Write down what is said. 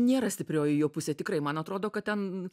nėra stiprioji jo pusė tikrai man atrodo kad ten